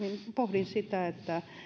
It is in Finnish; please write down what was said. pohdinkin sitä